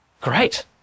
Great